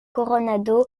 coronado